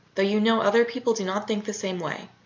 though you know other people do not think the same way,